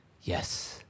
yes